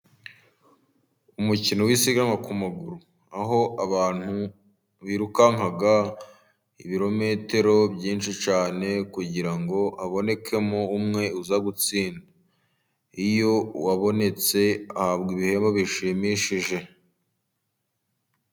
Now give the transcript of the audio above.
Umukino w'isiganwa ku maguru, aho abantu birukanka ibirometero byinshi cyane kugirango habonekemo umwe uza gutsinda, iyo abonetse ahabwa ibihembo bishimishije,